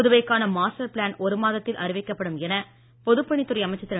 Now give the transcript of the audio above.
புதுவைக்கான master plan ஒரு மாதத்தில் அறிவிக்கப்படும் என பொதுப்பணித்துறை அமைச்சர் திரு